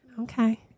Okay